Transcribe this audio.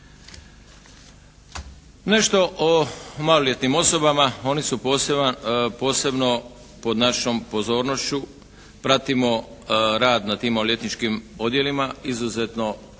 Nešto o maloljetnim osobama. Oni su posebno pod našom pozornošću. Pratim rad na tim maloljetničkim odjelima, izuzetno su važno